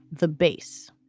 the base.